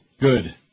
Good